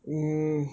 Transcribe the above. um